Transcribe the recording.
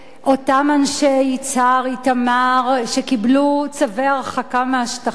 אותם אנשי יצהר-איתמר שקיבלו צווי הרחקה מהשטחים,